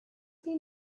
been